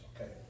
okay